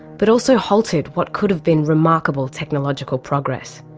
but also halted what could have been remarkable technological progress.